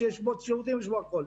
שיש בו ציוד והכול.